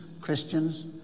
Christians